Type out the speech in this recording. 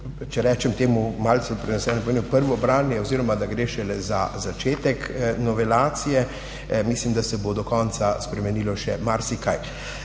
če rečem temu malce preneseno, pomembno prvo branje oziroma gre šele za začetek novelacije. Mislim, da se bo do konca spremenilo še marsikaj.